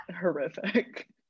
horrific